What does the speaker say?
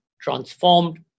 transformed